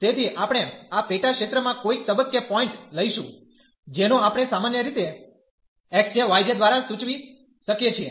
તેથી આપણે આ પેટા ક્ષેત્રમાં કોઈક તબક્કે પોઈન્ટ લઈશું જેનો આપણે સામાન્ય રીતે x j y j દ્વારાસૂચવી શકીએ છીએ